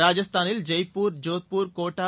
ராஜஸ்தானில் ஜெய்ப்பூர் ஜோத்பூர் கோட்டா